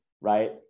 Right